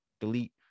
delete